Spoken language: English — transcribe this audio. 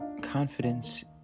Confidence